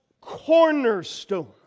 cornerstone